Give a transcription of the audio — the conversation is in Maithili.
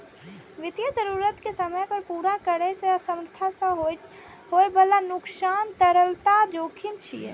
वित्तीय जरूरत कें समय पर पूरा करै मे असमर्थता सं होइ बला नुकसान तरलता जोखिम छियै